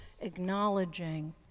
acknowledging